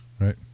Right